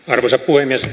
arvoisa puhemies